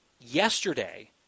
yesterday